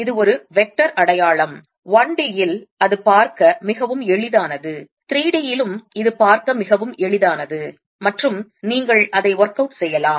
இது ஒரு வெக்டர் அடையாளம் 1 d இல் அது பார்க்க மிகவும் எளிதானது 3 d இலும் இது பார்க்க மிகவும் எளிதானது மற்றும் நீங்கள் அதை workout செய்யலாம்